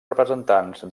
representants